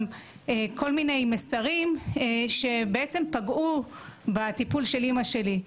כל מיני מסרים שבעצם פגעו בטיפול של אמא שלי.